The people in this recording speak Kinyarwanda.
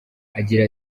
agira